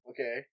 Okay